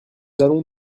allons